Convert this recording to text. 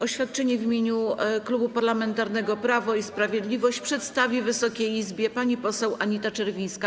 Oświadczenie w imieniu Klubu Parlamentarnego Prawo i Sprawiedliwość przedstawi Wysokiej Izbie pani poseł Anita Czerwińska.